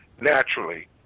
naturally